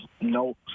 no